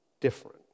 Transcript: different